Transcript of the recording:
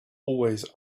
always